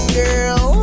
girl